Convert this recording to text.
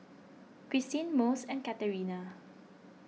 Cristine Mose and Katerina